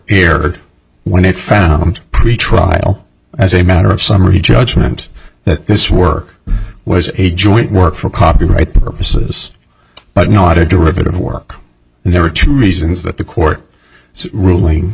erred when it found pretrial as a matter of summary judgment that this work was a joint work for copyright purposes but not a derivative work and there were two reasons that the court ruling